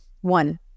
One